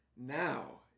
Now